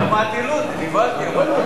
שמעתי לוד ונבהלתי.